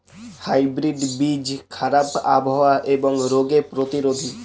hybrid বীজ খারাপ আবহাওয়া এবং রোগে প্রতিরোধী